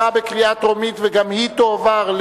נא להצביע,